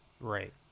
Right